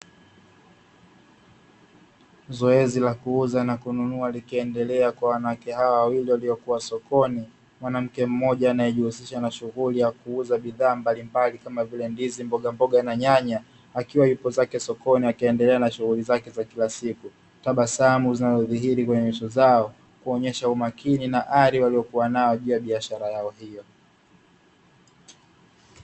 Zoezi la kuuza na kununua likiendelea kwa wanawake hawa wawili waliokuwa sokoni. Mwanamke mmoja anayejihusisha na shughuli ya kuuza bidhaa mbalimbali kama vile ndizi, mbogamboga na nyanya; akiwa yupo zake sokoni akiendelea na shughuli zake za kila siku. Tabasamu zinazodhihiri kwenye nyuso zao kuonyesha umakini na ari waliokuwa nao juu ya biashara yao hiyo.